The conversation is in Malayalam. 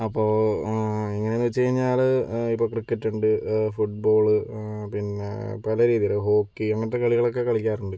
അപ്പോൾ എങ്ങനെയെന്ന് വെച്ച് കഴിഞ്ഞാൽ ഇപ്പോൾ ക്രിക്കറ്റ് ഉണ്ട് ഫുട്ബോള് പിന്നെ പല രീതിയിൽ ഹോക്കി അങ്ങനത്തെ കളികളൊക്കെ കളിക്കാറുണ്ട്